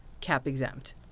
cap-exempt